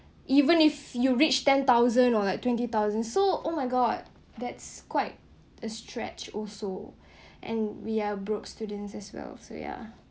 even if you reach ten thousand or like twenty thousand so oh my god that's quite a stretch also and we are broke students as well so ya